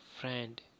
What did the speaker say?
friend